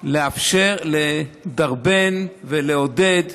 באה לאפשר, לדרבן ולעודד